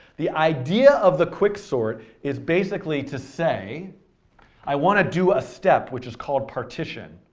the idea of the quicksort is basically to say i want to do a step which is called partition,